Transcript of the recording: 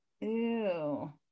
Ew